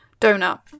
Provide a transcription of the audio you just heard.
donut